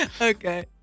Okay